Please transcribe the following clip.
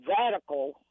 radical